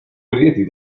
verjeti